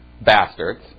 bastards